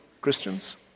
Christians